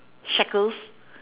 shackles